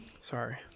Sorry